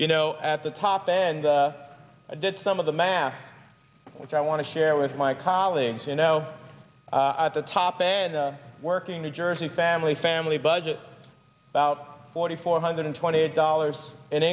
you know at the top and i did some of the math which i want to share with my colleagues you know at the top and working the jersey family family budget about forty four hundred twenty eight dollars an